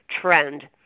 trend